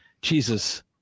Jesus